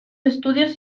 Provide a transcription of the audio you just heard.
estudios